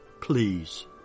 please